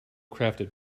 crafted